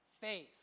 faith